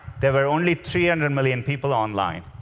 there were only three hundred and million people on line.